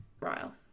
Ryle